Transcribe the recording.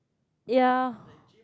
yeah